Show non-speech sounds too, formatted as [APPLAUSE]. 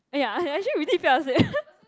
ya ya actually we did fell asleep [LAUGHS]